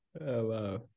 Wow